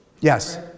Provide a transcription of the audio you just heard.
Yes